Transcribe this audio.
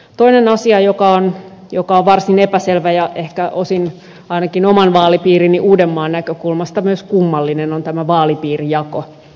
toinen asia joka on varsin epäselvä ja ehkä osin ainakin oman vaalipiirini uudenmaan näkökulmasta myös kummallinen on tämä vaalipiirijako